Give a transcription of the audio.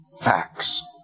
facts